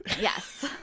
Yes